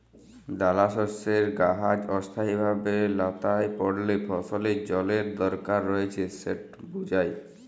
দালাশস্যের গাহাচ অস্থায়ীভাবে ল্যাঁতাই পড়লে ফসলের জলের দরকার রঁয়েছে সেট বুঝায়